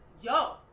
Yo